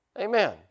Amen